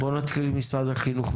בואו נתחיל עם משרד החינוך.